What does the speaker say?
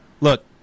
look